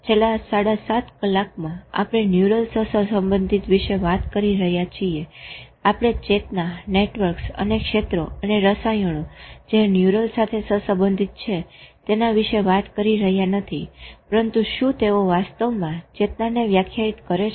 છેલ્લા સાડા સાત કલાકમાં આપણે ન્યુરલ સહસંબંધિત વિશે વાત કરી રહ્યા છીએ આપણે ચેતના નેટવર્કસ અને ક્ષેત્રો અને રસાયણો જે ન્યુરલ સાથે સહસંબંધિત છે તેના વિશે વાત કરી રહ્યા નથી પરંતુ શું તેઓ વાસ્તવમાં ચેતનાને વ્યાખ્યાયિત કરે છે